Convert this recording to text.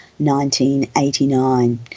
1989